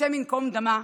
השם ייקום דמה,